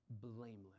blameless